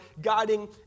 guiding